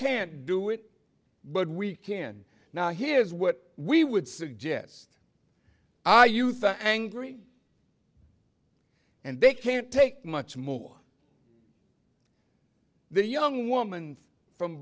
can't do it but we can now here's what we would suggest i you think angry and they can't take much more the young woman from